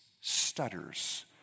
stutters